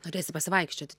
norėsi pasivaikščioti